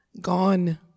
Gone